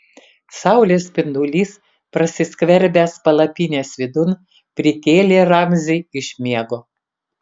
saulės spindulys prasiskverbęs palapinės vidun prikėlė ramzį iš miego